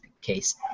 case